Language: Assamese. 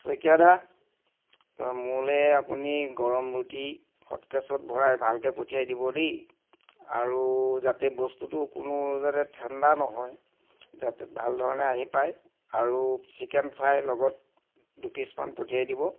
শইকীয়া দা মোলে আপুনি গৰম ৰুটি হটকেছত ভৰাই ভালকে পঠিয়াই দিব দেই আৰু যাতে বস্তুটো কোনো যাতে ঠেণ্ডা নহয় যাতে ভাল ধৰণে আহি পায় আৰু চিকেন ফ্ৰাইৰ লগত দুপিছমান পঠিয়াই দিব